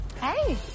Hey